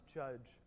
judge